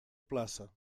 plaça